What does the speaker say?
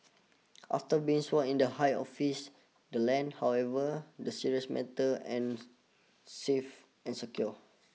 after being sworn in the high office the land however the serious matter and safe and secure